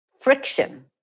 friction